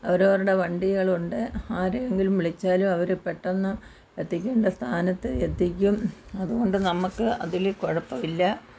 അവർ അവരുടെ വണ്ടികളുണ്ട് ആരെയെങ്കിലും വിളിച്ചാലും അവർ പെട്ടെന്ന് എത്തിക്കേണ്ട സ്ഥാനത്ത് എത്തിക്കും അതുകൊണ്ട് നമ്മൾക്ക് അതിൽ കുഴപ്പമില്ല